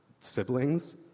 siblings